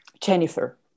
Jennifer